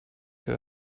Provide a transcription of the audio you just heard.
her